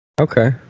Okay